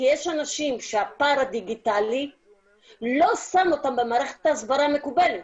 כי יש אנשים שהפער הדיגיטלי לא שם אותם במערכת ההסברה המקובלת,